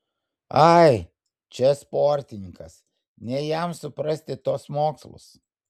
ai čia sportininkas ne jam suprasti tuos mokslus